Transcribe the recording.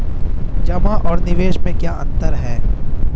जमा और निवेश में क्या अंतर है?